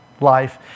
life